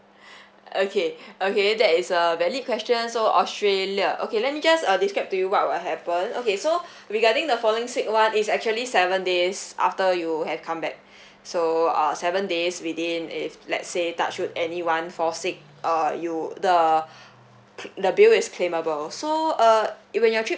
okay okay that is a valid question so australia okay let me just uh describe to you what would happen okay so regarding the falling sick one it's actually seven days after you have come back so uh seven days within if let say touch wood anyone fall sick uh you the clai~ the bill is claimable so uh uh when your trip